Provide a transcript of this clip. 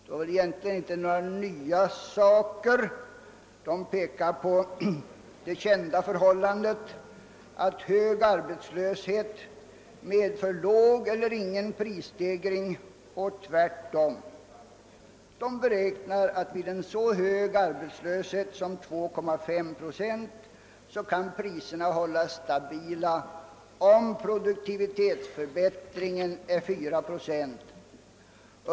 De framhåller det kända förhållandet att hög arbetslöshet medför låg eller ingen prisstegring och vice versa. De beräknar att priserna vid en så hög arbetslöshet som 2,5 procent kan hållas stabila om produktivitetsförbättringen är 4 procent.